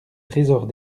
trésors